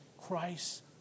Christ